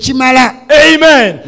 Amen